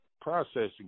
processing